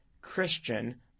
Christian